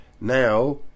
now